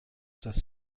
das